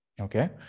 Okay